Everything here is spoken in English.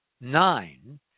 nine